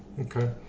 Okay